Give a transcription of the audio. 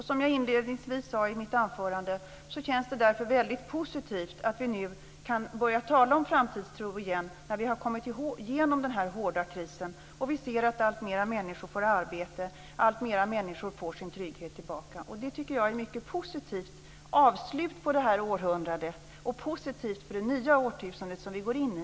Som jag inledningsvis sade i mitt anförande känns det därför väldigt positivt att vi nu kan börja tala om framtidstro igen när vi har kommit igenom den hårda krisen. Vi ser att alltfler människor får arbete och att alltfler människor får sin trygghet tillbaka. Det tycker jag är mycket positivt avslut på detta århundrade och positivt för det nya årtusende vi går in i.